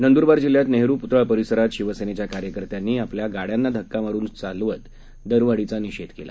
नंदुरबार जिल्ह्यात नेहरू पुतळा परिसरात शिवसेनेच्या कार्यकर्त्यांनी आपल्या गाड्यांना धक्का मारून चालवत दरवाढीचा निषेध केला